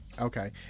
Okay